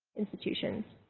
institutions.